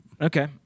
Okay